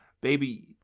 baby